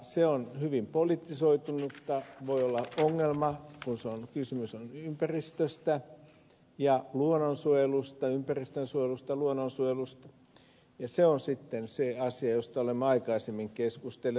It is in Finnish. se on hyvin politisoitunutta ja se voi olla ongelma kun kysymys on ympäristönsuojelusta ja luonnonsuojelusta ja se on sitten se asia josta olemme aikaisemmin keskustelleet